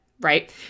right